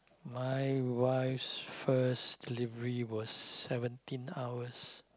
my wife's first delivery was seventeen hours